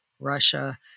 Russia